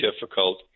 difficult